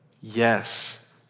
yes